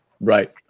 Right